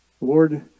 Lord